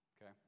okay